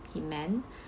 he meant